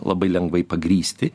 labai lengvai pagrįsti